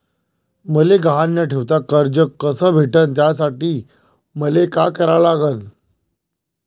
मले गहान न ठेवता कर्ज कस भेटन त्यासाठी मले का करा लागन?